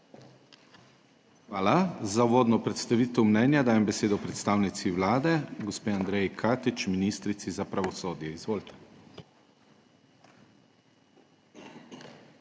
Hvala. Za uvodno predstavitev mnenja dajem besedo predstavnici Vlade gospe Andreji Katič, ministrici za pravosodje. Izvolite.